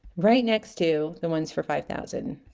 right next to the ones for five thousand